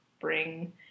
bring